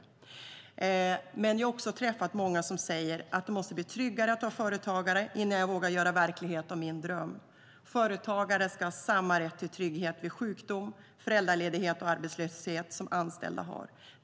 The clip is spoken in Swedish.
Men jag har också träffat många som säger att det måste bli tryggare att vara företagare innan de vågar göra verklighet av sina drömmar. Företagare ska ha samma rätt till trygghet vid sjukdom, föräldraledighet och arbetslöshet som anställda har.